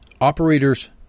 operators